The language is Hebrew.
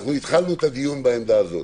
שאנחנו התחלנו את הדיון בעמדה הזאת,